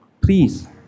Please